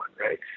right